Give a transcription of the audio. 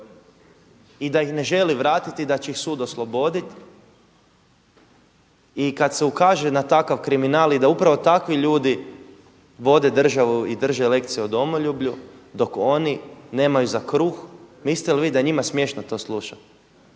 i da ih ne želi vratiti i da će ih sudu oslobodit? I kad se ukaže na takav kriminal i da upravo takvi ljudi vode državu i drže lekcije o domoljublju dok oni nemaju za kruh. Mislite li da je njima smiješno to slušati.